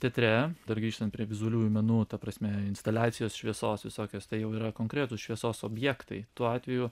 teatre dar grįžtant prie vizualiųjų menų ta prasme instaliacijos šviesos visokios tai jau yra konkretūs šviesos objektai tuo atveju